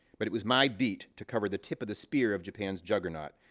but it was my beat to cover the tip of the spear of japan's juggernaut,